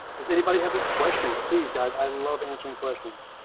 does anybody have any questions, please, guys. i love answering questions.